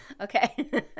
Okay